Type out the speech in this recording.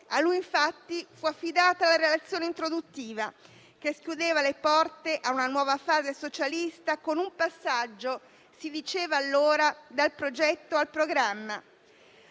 A lui infatti fu affidata la relazione introduttiva che schiudeva le porte a una nuova fase socialista con un passaggio - si diceva allora - dal progetto al programma,